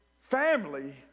family